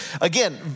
Again